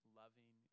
loving